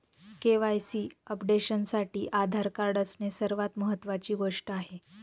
KYC अपडेशनसाठी Aadhaar card असणे सर्वात महत्वाची गोष्ट आहे